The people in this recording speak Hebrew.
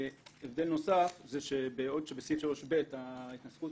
הבדל נוסף בעוד שבסעיף 3ב ההתנסחות